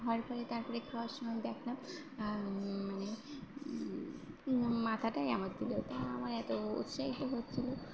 হওয়ার পরে তারপরে খাওয়ার সময় দেখলাম মানে মাথাটাই আমায় দিল তা আমার এত উৎসাহিত হচ্ছিল